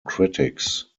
critics